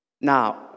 Now